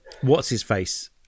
what's-his-face